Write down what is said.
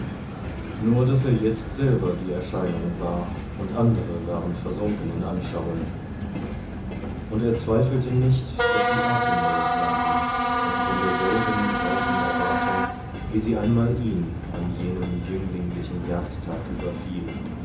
nur daß er jetzt selber die erscheinung war und andere waren versunken in anschauen und er zweifelte nicht daß sie atemlos waren und von derselben weiten erwartung wie sie einmal ihn an jenem jünglinglichen jagdtag überfiel